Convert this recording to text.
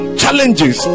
challenges